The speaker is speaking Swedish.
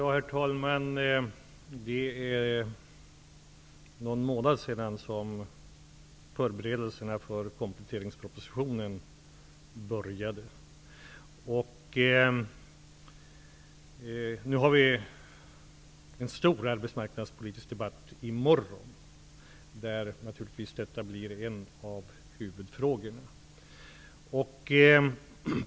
Herr talman! Det är någon månad sedan som förberedelserna inför kompletteringspropositionen började. Nu kommer vi att ha en stor arbetsmarknadspolitisk debatt i morgon där naturligtvis denna fråga blir en av huvudfrågorna.